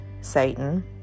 Satan